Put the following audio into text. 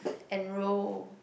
enrol